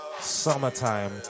Summertime